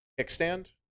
kickstand